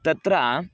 तत्र